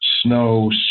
snow